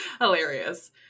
Hilarious